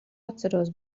atceros